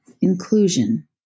inclusion